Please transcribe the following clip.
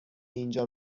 اینجا